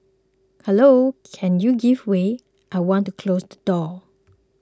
hello can you give way I want to close the door